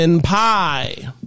pie